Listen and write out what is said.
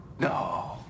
No